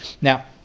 Now